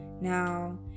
now